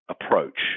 approach